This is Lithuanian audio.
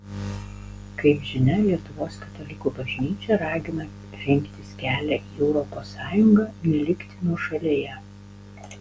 kaip žinia lietuvos katalikų bažnyčia ragina rinktis kelią į europos sąjungą nelikti nuošalėje